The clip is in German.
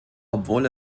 obwohl